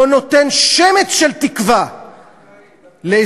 לא נותן שמץ של תקווה להסדר,